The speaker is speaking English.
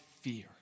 fear